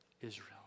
Israel